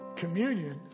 Communion